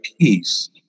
peace